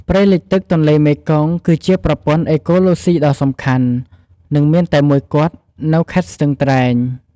ព្រៃលិចទឹកទន្លេមេគង្គ គឺជាប្រព័ន្ធអេកូឡូស៊ីដ៏សំខាន់ និងមានតែមួយគត់នៅខេត្តស្ទឹងត្រែង។